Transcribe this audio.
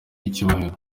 icyubahiro